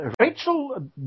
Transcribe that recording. Rachel